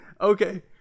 Okay